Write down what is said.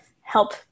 help